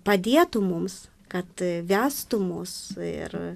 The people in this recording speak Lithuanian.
padėtų mums kad vestų mus ir